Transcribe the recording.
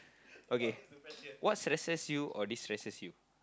okay what stresses you or destresses you